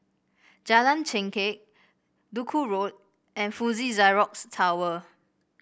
Jalan Chengkek Duku Road and Fuji Xerox Tower